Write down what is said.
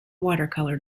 watercolor